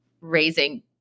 raising